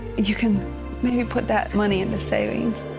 you can maybe put that money into savings.